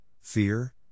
fear